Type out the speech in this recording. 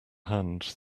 hand